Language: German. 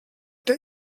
der